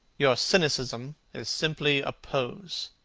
your cynicism is simply a pose.